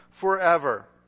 forever